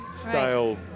style